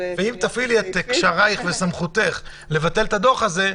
ואם תפעילי את קשרייך וסמכותך לבטל את הדוח הזה,